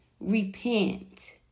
Repent